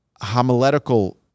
homiletical